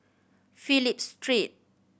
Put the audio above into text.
Phillip Street